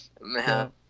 Man